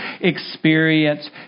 experience